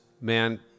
man